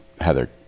Heather